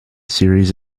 series